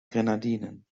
grenadinen